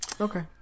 Okay